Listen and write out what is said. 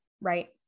right